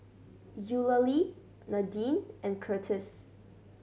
Eulalie Nadine and Curtis